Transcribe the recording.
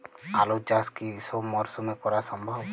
আলু চাষ কি সব মরশুমে করা সম্ভব?